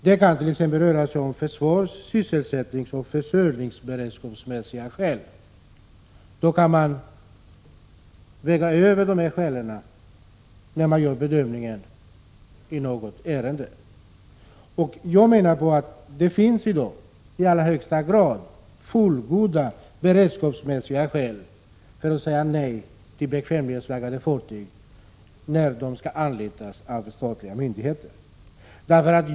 Om det t.ex. rör sig om försvars-, sysselsättningsoch försörjningsberedskapsmässiga skäl, kan man väga in dessa skäl vid bedömningen av ärendet. Det finns i dag i allra högsta grad fullgoda beredskapsmässiga skäl för att säga nej till att bekvämlighetsflaggade fartyg anlitas av statliga myndigheter.